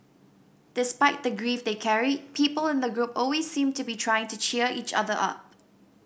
despite the grief they carried people in the group always seemed to be trying to cheer each other up